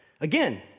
again